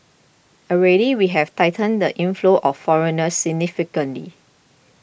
already we have tightened the inflows of foreigners significantly